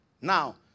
Now